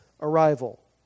arrival